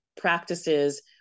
practices